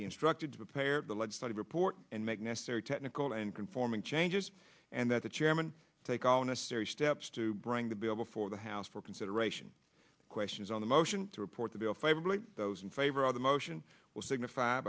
instructed to repair the lead study report and make necessary technical and conforming changes and that the chairman take all necessary steps to bring the bill before the house for consideration questions on the motion to report the bill favorably those in favor of the motion will signify